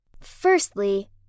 Firstly